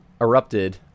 erupted